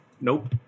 Nope